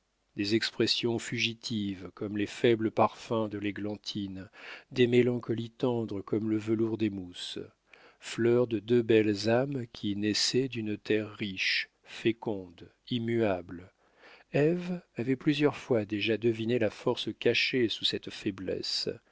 des expressions fugitives comme les faibles parfums de l'églantine des mélancolies tendres comme le velours des mousses fleurs de deux belles âmes qui naissent d'une terre riche féconde immuable ève avait plusieurs fois déjà deviné la force cachée sous cette faiblesse